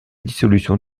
dissolution